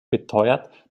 beteuert